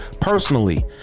personally